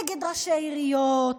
נגד ראשי עיריות,